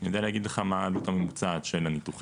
אני יודע להגיד לך מה העלות הממוצעת של הניתוחים,